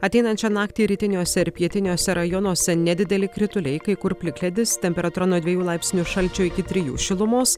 ateinančią naktį rytiniuose ir pietiniuose rajonuose nedideli krituliai kai kur plikledis temperatūra nuo dviejų laipsnių šalčio iki trijų šilumos